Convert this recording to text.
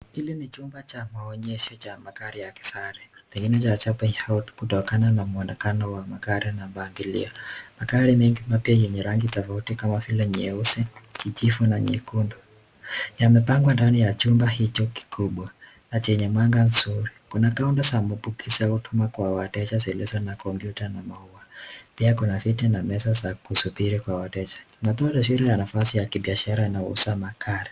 Hili ni chumba ya maonesho ya magari ya kifahari kutokana muonekano wa magari. Magari mengi mapya yenye rangi tofauti kama vile nyeusi, kijivu na nyekundu yamepangwa ndani ya chumba kikumbwa. Kuna kiti na meza ya wateja kusubiri.